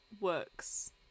works